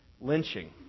lynching